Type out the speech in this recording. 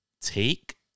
Take